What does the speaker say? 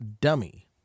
dummy